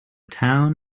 town